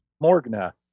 Morgana